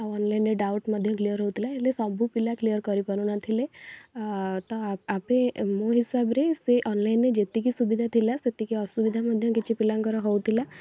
ଆଉ ଅନଲାଇନରେ ଡାଉଟ ମଧ୍ୟ କ୍ଲିଅର ହଉଥିଲା ହେଲେ ସବୁ ପିଲା କ୍ଲିଅର କରିପାରୁନଥିଲେ ଆ ତ ଆମେ ମୋ ହିସାବରେ ସେ ଅନଲାଇନରେ ଯେତିକି ସୁବିଧା ଥିଲା ସେତିକି ଅସୁବିଧା ମଧ୍ୟ କିଛି ପିଲାଙ୍କର ହଉଥିଲା